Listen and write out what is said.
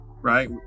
right